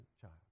child